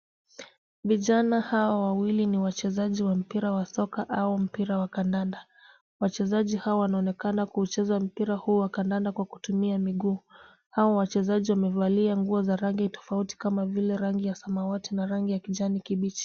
Vijana hawa wawili ni wachezaji wa mpira ya soka au mpira ya kandanda. Wachezaji hawa wanaonekana kucheza mpira huo wa kandanda kwa kutumia miguu. Hawa wachezaji wamevalia nguo za rangi tofauti kama vile rangi ya samawati na rangi ya kijani kibichi.